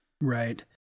Right